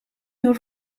your